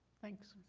thanks.